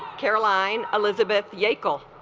caroline elizabeth yankel